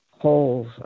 Holes